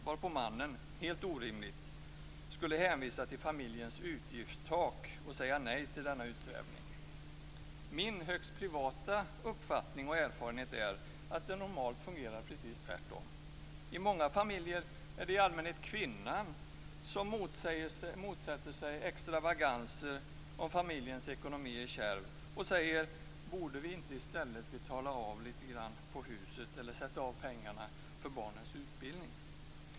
Mannen skulle då, helt orimligt, hänvisa till familjens utgiftstak och säga nej till denna utsvävning. Min högst privata uppfattning och erfarenhet är att det normalt fungerar precis tvärtom. I många familjer är det i allmänhet kvinnan som motsätter sig extravaganser om familjens ekonomi är kärv och säger: "Borde vi inte betala av på huset eller sätta av pengarna för barnens utbildning."